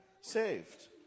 saved